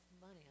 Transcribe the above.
money